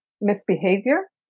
misbehavior